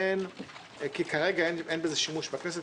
כי כרגע אין בזה שימוש בכנסת,